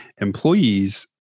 employees